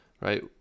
right